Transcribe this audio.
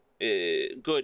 good